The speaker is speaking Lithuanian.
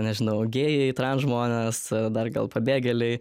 nežinau gėjai transžmonės dar gal pabėgėliai